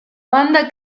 banda